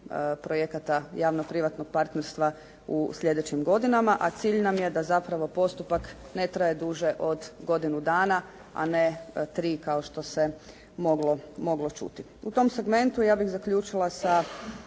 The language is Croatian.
projekata javno-privatnog partnerstva u sljedećim godinama a cilj nam je da zapravo postupak ne traje duže od godinu dana a ne tri kao što se moglo čuti. U tom segmentu ja bih zaključila sa